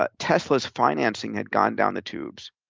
ah tesla's financing had gone down the tubes.